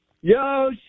Yo